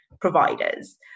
providers